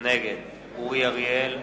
נגד אורי אריאל,